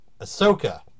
ahsoka